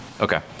Okay